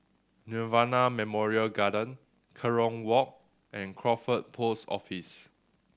Nirvana Memorial Garden Kerong Walk and Crawford Post Office